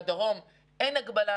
בדרום אין הגבלה,